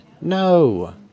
No